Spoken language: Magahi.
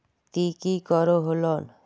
ती की करोहो लोन?